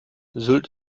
sylt